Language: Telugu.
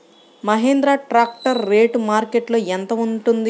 మహేంద్ర ట్రాక్టర్ రేటు మార్కెట్లో యెంత ఉంటుంది?